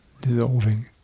dissolving